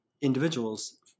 individuals